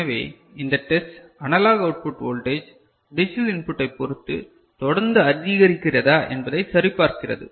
எனவே இந்த test analogue output voltage digital இன்புட்டைப் பொருத்து தொடர்ந்து அதிகரிக்கிறதா என்பதை சரி பார்க்கிறது